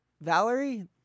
Valerie